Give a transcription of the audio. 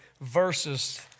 verses